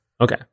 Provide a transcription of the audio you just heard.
Okay